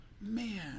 man